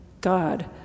God